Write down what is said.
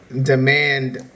Demand